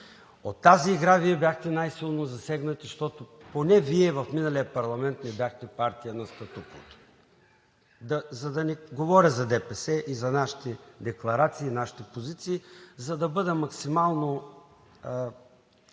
От тази игра Вие бяхте най-силно засегнати, защото поне Вие в миналия парламент не бяхте партия на статуквото. За да не говоря за ДПС и за нашите декларации, за нашите позиции, за да бъда максимално